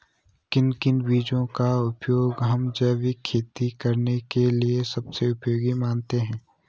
किन किन बीजों का उपयोग हम जैविक खेती करने के लिए सबसे उपयोगी मानते हैं?